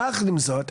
יחד עם זאת,